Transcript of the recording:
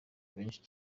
benshi